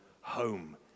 home